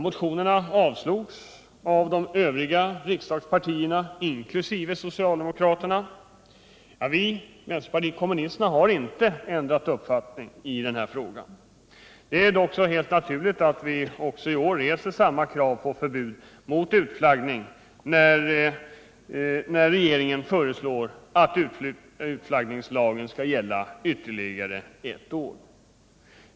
Motionerna avslogs av de övriga riksdagspartierna, inkl. socialdemokraterna. Vpk har inte ändrat uppfattning i frågan. Det är också helt naturligt att vi också i år reser samma krav på förbud mot utflaggning, när regeringen föreslår att utflaggningslagen skall gälla ytterligare ett år.